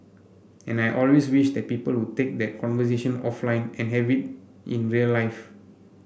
and I always wish that people would take that conversation offline and have it in real life